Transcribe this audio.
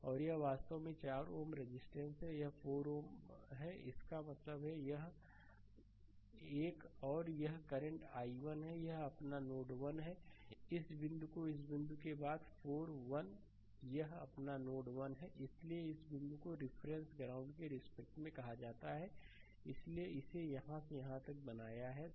और यह वास्तव में 4 Ω रेजिस्टेंस है यह 4 Ω है इसका मतलब है यह एक और यह करंट i1 है और यहाँ यह अपना नोड 1 है इस बिंदु को इस बिंदु के बाद 4 1 यह अपना नोड 1 है इसलिए इस बिंदु को रिफरेंस ग्राउंड के रिस्पेक्ट में कहा जाता है इसीलिए इसे यहाँ से यहाँ तक बनाया है